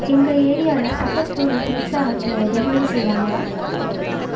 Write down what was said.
எங்கள் ஏரியாவில் பக்கத்தில் உள்ள பீட்சா ஹட்டில் டெலிவரி செய்வாங்களா